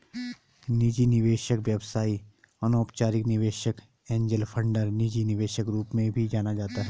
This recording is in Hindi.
निजी निवेशक व्यवसाय अनौपचारिक निवेशक एंजेल फंडर निजी निवेशक रूप में भी जाना जाता है